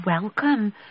welcome